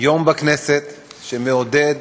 יום בכנסת שמעודד